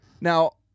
Now